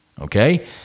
Okay